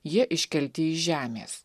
jie iškelti iš žemės